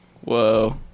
Whoa